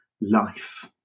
life